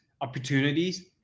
opportunities